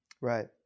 Right